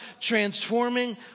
transforming